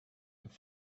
have